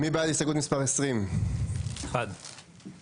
הסתייגות מספר 20. הצבעה בעד, 1 נגד,